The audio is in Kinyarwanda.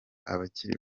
abakiri